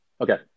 Okay